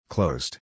Closed